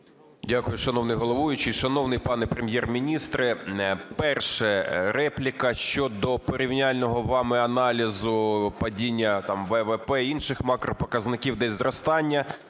Дякую, шановний головуючий. Шановний пане Прем'єр-міністре, перше: репліка щодо порівняльного вами аналізу падіння ВВП і інших макропоказників, де зростання.